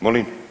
Molim?